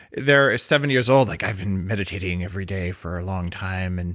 they're seventy years old like, i've been meditating every day for a long time, and